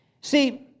See